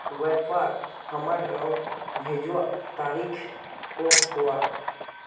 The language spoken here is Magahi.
व्यापार हमार लोन भेजुआ तारीख को हुआ?